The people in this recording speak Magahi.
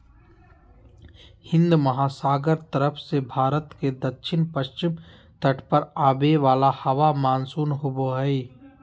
हिन्दमहासागर तरफ से भारत के दक्षिण पश्चिम तट पर आवे वाला हवा मानसून होबा हइ